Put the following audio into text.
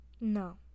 No